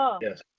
yes